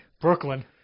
brooklyn